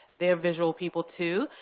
they're visual people too,